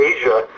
Asia